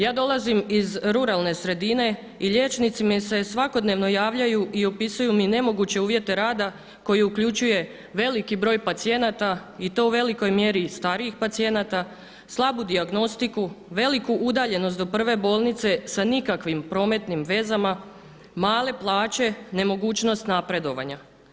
Ja dolazim iz ruralne sredine i liječnici mi se svakodnevno javljaju i opisuju mi nemoguće uvjete rada koji uključuje veliki broj pacijenata i to u velikoj mjeri starijih pacijenata, slabu dijagnostiku, veliku udaljenost do prve bolnice sa nikakvim prometnim vezama, male plaće, nemogućnost napredovanja.